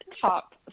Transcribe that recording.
top